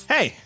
Hey